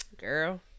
girl